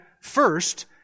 first